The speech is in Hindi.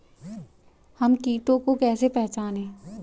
हम कीटों को कैसे पहचाने?